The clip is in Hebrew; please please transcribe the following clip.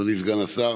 אדוני סגן השר,